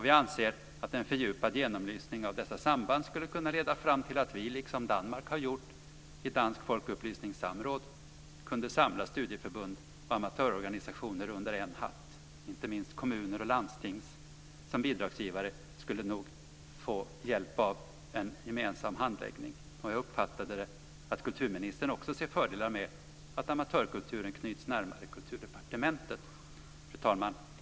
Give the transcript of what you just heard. Vi anser att en fördjupad genomlysning av dessa samband skulle kunna leda fram till att vi, liksom Danmark har gjort i Dansk Folkeoplysnings Samråd, kunde samla studieförbund och amatörorganisationer under en hatt. Inte minst kommuner och landsting skulle nog som bidragsgivare få hjälp av en gemensam handläggning. Jag har uppfattat att kulturministern också ser fördelar med att amatörkulturen knyts närmare Kulturdepartementet. Fru talman!